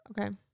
Okay